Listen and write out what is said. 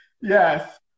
Yes